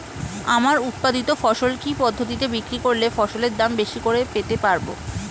আমার উৎপাদিত ফসল কি পদ্ধতিতে বিক্রি করলে ফসলের দাম বেশি করে পেতে পারবো?